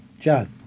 John